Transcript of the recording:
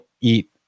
eat